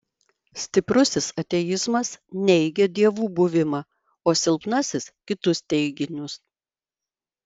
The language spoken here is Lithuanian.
stiprusis ateizmas neigia dievų buvimą o silpnasis kitus teiginius